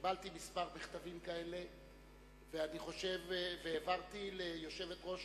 קיבלתי כמה מכתבים כאלה והעברתי אותם ליושבת-ראש